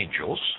angels